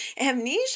amnesia